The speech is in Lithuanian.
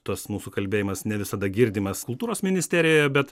tas mūsų kalbėjimas ne visada girdimas kultūros ministerijoje bet